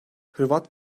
hırvat